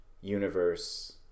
universe